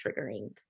triggering